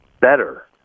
better